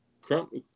Crump